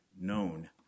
known